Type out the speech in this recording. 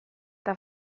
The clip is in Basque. eta